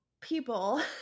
people